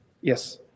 Yes